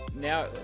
Now